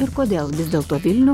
ir kodėl vis dėlto vilnių